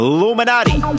Illuminati